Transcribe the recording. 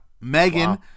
Megan